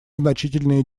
значительные